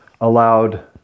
allowed